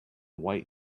white